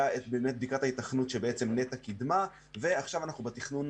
הייתה בדיקת היתכנות שנת"ע קידמה ועכשיו אנחנו בתכנון